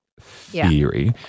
theory